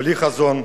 בלי חזון,